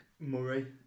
Murray